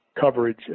coverage